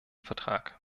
vertrag